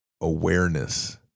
awareness